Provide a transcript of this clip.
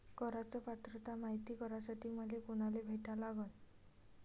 कराच पात्रता मायती करासाठी मले कोनाले भेटा लागन?